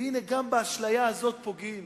והנה, גם באשליה הזאת פוגעים,